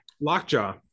lockjaw